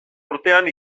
urtean